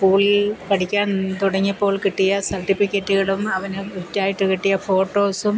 സ്കൂളിൽ പഠിക്കാൻ തുടങ്ങിയപ്പോൾ കിട്ടിയ സർട്ടിഫിക്കറ്റുകളും അവന് ഗിഫ്റ്റായിട്ട് കിട്ടിയ ഫോട്ടോസും